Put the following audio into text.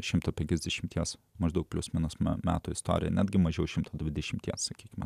šimto penkiasdešimties maždaug plius minus man metų istoriją netgi mažiau šimto dvidešimties sakykime